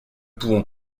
pouvons